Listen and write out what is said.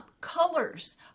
Colors